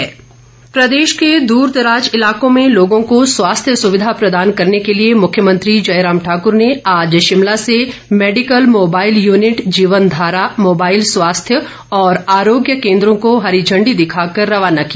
जीवन धारा प्रदेश के द्रदराज इलाकों में लोगों को स्वास्थ्य सुविधा प्रदान करने के लिए मुख्यमंत्री जयराम ठाकुर ने आज शिमला से medical mobile unit Jeevan Dhara mobile स्वास्थ्य और आरोग्य केन्द्रो को हरी झण्डी दिखाकर रवाना किया